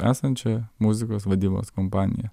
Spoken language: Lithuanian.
esančioje muzikos vadybos kompaniją